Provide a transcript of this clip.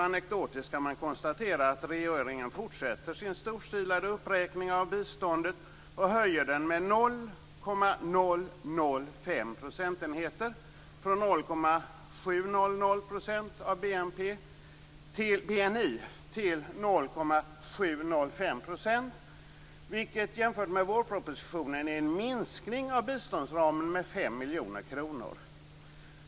Anekdotiskt kan man konstatera att regeringen fortsätter sin storstilade uppräkning av biståndet och höjer det med 0,005 procentenheter, från 0,700 % av BNI till 0,705 %. Jämfört med vårpropositionen är det en minskning av biståndsramen med 5 miljoner kronor.